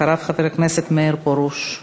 אחריו, חבר הכנסת מאיר פרוש.